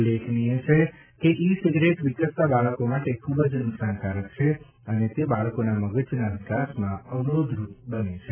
ઉલ્લેખનીય છે કે ઇ સિગારેટ વિકસતા બાળકો માટે ખૂબ જ નુકશાનકારક છે અને તે બાળકોના મગજના વિકાસમાં અવરોધરૂપ બને છે